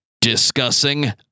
Discussing